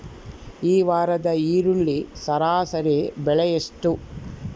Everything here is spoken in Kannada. ಈ ವಾರದ ಈರುಳ್ಳಿ ಸರಾಸರಿ ಬೆಲೆ ಎಷ್ಟು?